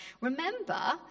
Remember